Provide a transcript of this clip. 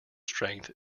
strength